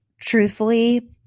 truthfully